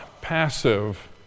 passive